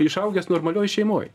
išaugęs normalioj šeimoj